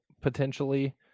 potentially